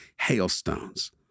hailstones